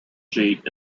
sheet